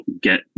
get